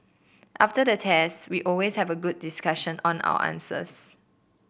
after the test we always have a group discussion on our answers